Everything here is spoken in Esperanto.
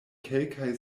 kelkaj